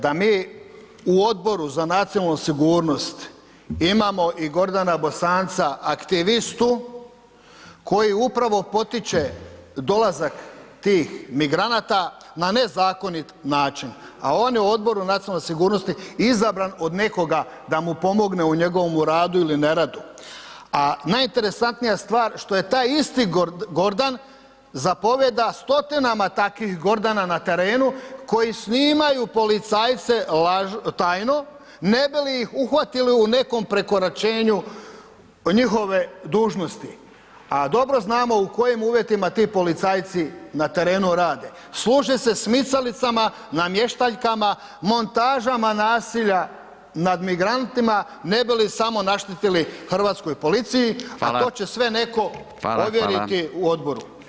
Da mi u Odboru za nacionalnu sigurnost imamo i Gordana Bosanca aktivistu koji upravo potiče dolazak tih migranata na nezakonit način, a on je u Odboru nacionalne sigurnosti izabran od nekoga da mu pomogne u njegovome radu il ne radu, a najinteresantnija stvar što je taj isti Gordan zapovijeda stotinama takvih Gordana na terenu koji snimaju policajce tajno ne bi li ih uhvatili u nekom prekoračenju njihove dužnosti, a dobro znamo u kojim uvjetima ti policajci na terenu rade, služe se smicalicama, namještaljkama, montažama nasilja nad migrantima ne bi li samo naštetili hrvatskoj policiji [[Upadica: Hvala]] a to će sve netko [[Upadica: Hvala, hvala]] ovjeriti u odboru.